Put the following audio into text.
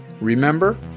remember